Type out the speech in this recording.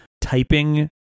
typing